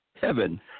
heaven